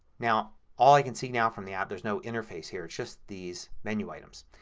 now all i can see now from the app, there's no interface here, just these menu items.